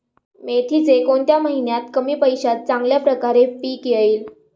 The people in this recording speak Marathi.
मेथीचे कोणत्या महिन्यात कमी पैशात चांगल्या प्रकारे पीक येईल?